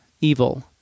evil